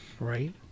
Right